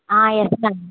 yes ma'am